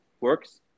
works